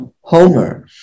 Homer